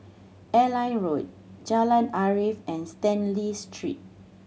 Airline Road Jalan Arif and Stanley Street